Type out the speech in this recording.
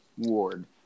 ward